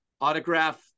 autograph